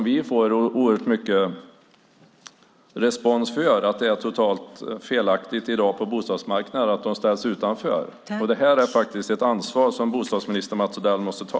Vi får mycket stöd för att det är helt fel att de ställs utanför bostadsmarknaden. Det är ett ansvar som bostadsminister Mats Odell måste ta.